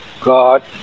God